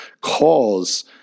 cause